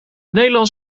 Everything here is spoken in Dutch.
nederlands